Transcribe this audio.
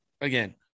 Again